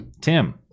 Tim